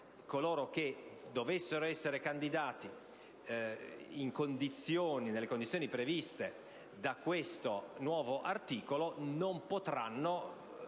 coloro che dovessero essere candidati nelle condizioni previste da questo nuovo articolo non potrebbero